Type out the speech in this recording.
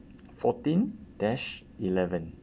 fourteen dash eleven